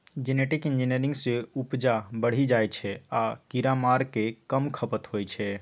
genetic engineering सँ उपजा बढ़ि जाइ छै आ कीरामारक कम खपत होइ छै